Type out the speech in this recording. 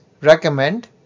recommend